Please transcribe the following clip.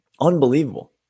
Unbelievable